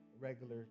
regular